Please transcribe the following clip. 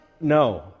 no